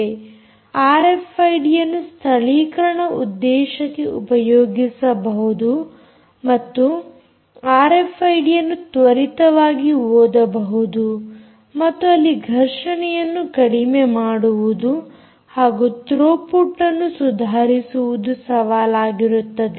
ಆರ್ಎಫ್ಐಡಿಯನ್ನು ಸ್ಥಳೀಕರಣ ಉದ್ದೇಶಕ್ಕೆ ಉಪಯೋಗಿಸಬಹುದು ಮತ್ತು ಆರ್ಎಫ್ಐಡಿಯನ್ನು ತ್ವರಿತವಾಗಿ ಓದಬಹುದು ಮತ್ತು ಅಲ್ಲಿ ಘರ್ಷಣೆಯನ್ನು ಕಡಿಮೆ ಮಾಡುವುದು ಹಾಗೂ ಥ್ರೋಪುಟ್ಅನ್ನು ಸುಧಾರಿಸುವುದು ಸವಾಲಾಗಿರುತ್ತದೆ